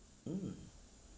mm